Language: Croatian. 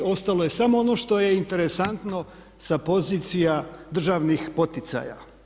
Ostalo je samo ono što je interesantno sa pozicija državnih poticaja.